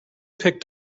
picked